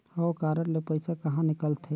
हव कारड ले पइसा कहा निकलथे?